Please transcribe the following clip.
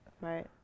Right